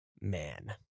Man